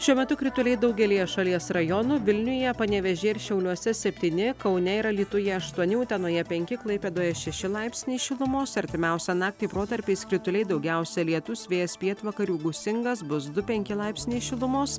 šiuo metu krituliai daugelyje šalies rajonų vilniuje panevėžyje ir šiauliuose septyni kaune ir alytuje aštuoni utenoje penki klaipėdoje šeši laipsniai šilumos artimiausią naktį protarpiais krituliai daugiausia lietus vėjas pietvakarių gūsingas bus du penki laipsniai šilumos